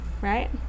right